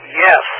yes